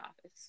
office